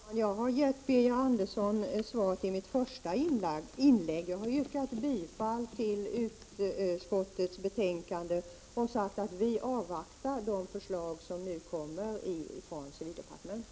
Herr talman! Jag har givit Birger Andersson ett svar i mitt första inlägg. Jag har yrkat bifall till utskottets hemställan och sagt att vi avvaktar de förslag som nu kommer från civildepartementet.